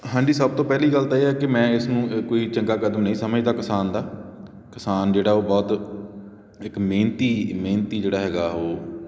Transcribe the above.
ਹਾਂਜੀ ਸਭ ਤੋਂ ਪਹਿਲੀ ਗੱਲ ਤਾਂ ਇਹ ਹੈ ਕਿ ਮੈਂ ਇਸ ਨੂੰ ਕੋਈ ਚੰਗਾ ਕਦਮ ਨਹੀਂ ਸਮਝਦਾ ਕਿਸਾਨ ਦਾ ਕਿਸਾਨ ਜਿਹੜਾ ਉਹ ਬਹੁਤ ਇੱਕ ਮਿਹਨਤੀ ਮਿਹਨਤੀ ਜਿਹੜਾ ਹੈਗਾ ਉਹ